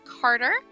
Carter